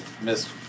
Miss